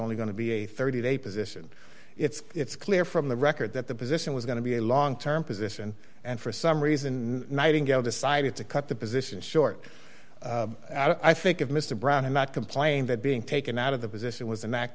only going to be a thirty day position it's clear from the record that the position was going to be a long term position and for some reason nightingale decided to cut the position short i think of mr brown and not complain that being taken out of the position was an act